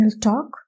talk